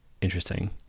interesting